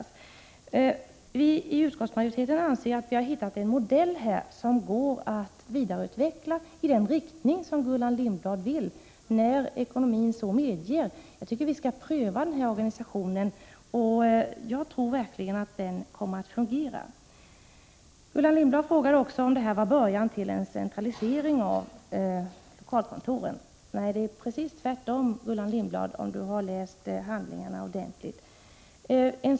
AS Vi i utskottsmajoriteten anser att vi har hittat en modell som går att vidareutveckla i den riktning som Gullan Lindblad vill när ekonomin så medger. Jag tycker att vi skall pröva den här organisationen, som jag verkligen tror kommer att fungera. Gullan Lindblad frågade också om det här var en början till en centralisering av lokalkontoren. Nej, det är precis tvärtom, vilket Gullan Lindblad hade insett om hon läst handlingarna ordentligt.